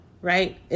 right